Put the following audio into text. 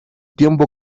tiempo